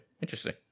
Interesting